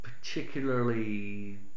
particularly